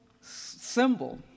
symbol